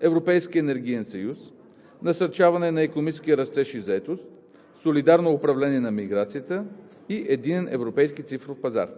Европейски енергиен съюз; - Насърчаване на икономическия растеж и заетост; - Солидарно управление на миграцията; - Единен европейски цифров пазар.